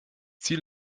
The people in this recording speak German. ziel